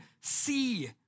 see